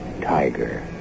Tiger